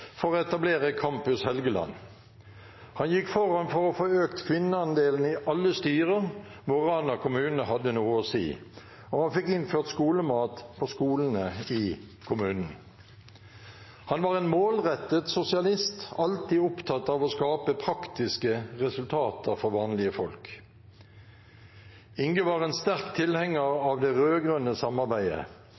for å etablere Campus Helgeland. Han gikk foran for å få økt kvinneandelen i alle styrer hvor Rana kommune hadde noe å si, og han fikk innført skolemat på skolene i kommunen. Han var en målrettet sosialist, alltid opptatt av å skape praktiske resultater for vanlige folk. Inge var en sterk tilhenger av det rød-grønne samarbeidet.